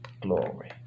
Glory